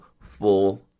full